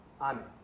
Amen